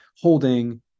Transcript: holding